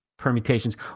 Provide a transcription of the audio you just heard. permutations